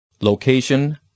Location